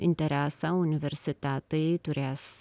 interesą universitetai turės